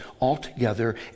altogether